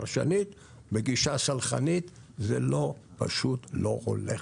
בגישה סלחנית זה פשוט לא הולך.